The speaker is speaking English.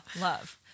love